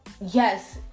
Yes